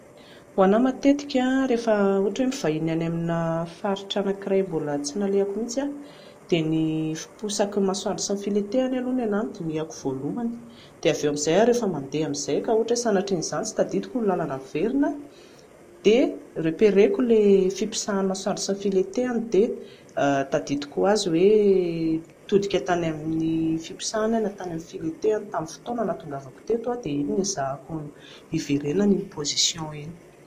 Ho ahy matetika rehefa ohatra mivahiny any amina faritra iray mbola tsy nalehako mihintsy dia ny fiposaky ny masoandro sy ny filentehany aloha ny ahy no dinihako voalohany. Dia avy eo amin'izay aho rehefa mandeha amin'izay ka ohatra hoe sanatrian'izany tsy tadidiko ny lalana miverina dia repérer-ko ilay fiposahan'ny masoandro sy ny filentehany dia tadidiko ho azy hoe nitodika tany amin'ny fiposahany aho na tany amin'ny filentehany tamin'ny fotoana nahatongavako teto dia iny no ezahako hiverenana iny position iny